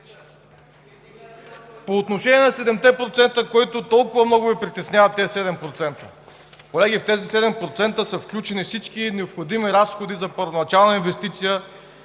По отношение на 7-те процента, които толкова Ви притесняват. Колеги, в тези 7% са включени всички необходими разходи за първоначална инвестиция,